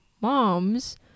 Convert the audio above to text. moms